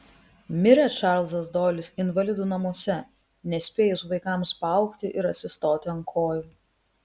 mirė čarlzas doilis invalidų namuose nespėjus vaikams paaugti ir atsistoti ant kojų